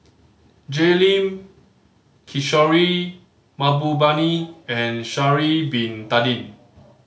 Jay Lim Kishore Mahbubani and Sha'ari Bin Tadin